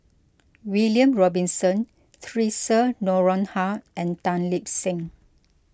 William Robinson theresa Noronha and Tan Lip Seng